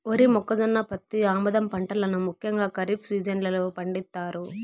వరి, మొక్కజొన్న, పత్తి, ఆముదం పంటలను ముఖ్యంగా ఖరీఫ్ సీజన్ లో పండిత్తారు